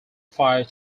fire